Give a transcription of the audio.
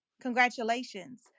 congratulations